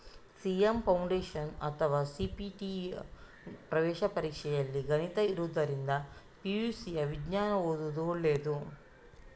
CA foundation ಅಥವಾ ಸಿ.ಪಿ.ಟಿಯ ಪ್ರವೇಶ ಪರೀಕ್ಷೆಯಲ್ಲಿ ಗಣಿತ ಇರುದ್ರಿಂದ ಪಿ.ಯು.ಸಿ ವಿಜ್ಞಾನ ಓದುದು ಒಳ್ಳೇದು